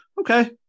Okay